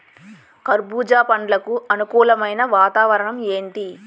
కర్బుజ పండ్లకు అనుకూలమైన వాతావరణం ఏంటి?